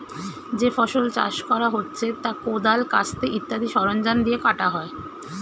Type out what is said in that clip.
যে ফসল চাষ করা হচ্ছে তা কোদাল, কাস্তে ইত্যাদি সরঞ্জাম দিয়ে কাটা হয়